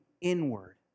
inward